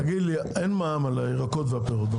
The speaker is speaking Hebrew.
אין מע"מ על הירקות והפירות.